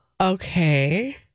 Okay